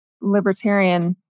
libertarian